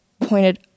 pointed